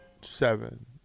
seven